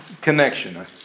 connection